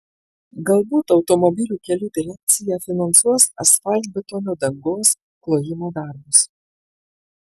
galbūt automobilių kelių direkcija finansuos asfaltbetonio dangos klojimo darbus